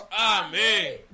Amen